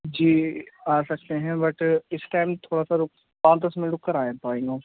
جی آ سکتے ہیں بٹ اس ٹائم تھوڑا سا رک پانچ دس منٹ رک کر آ پائیں گے